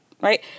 right